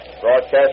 Broadcast